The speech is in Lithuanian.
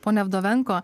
ponia vdovenko